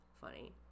funny